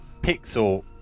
pixel